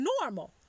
normal